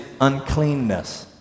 uncleanness